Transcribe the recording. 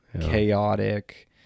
chaotic